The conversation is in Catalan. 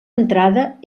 entrada